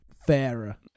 fairer